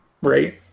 Right